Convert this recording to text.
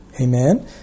Amen